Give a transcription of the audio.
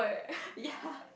ya